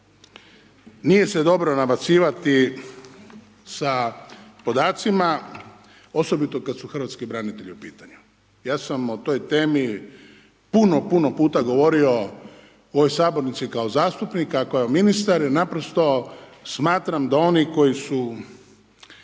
nije se dobro nabacivati sa podacima osobito kad su hrvatski branitelji u pitanju. Ja sam o toj temi puno, puno puta govorio u ovoj sabornici kao zastupnik i kao ministar i naprosto smatram da oni koji su